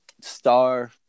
star